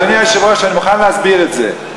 אדוני היושב-ראש, אני מוכן להסביר את זה.